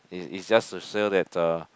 is is just to show that ah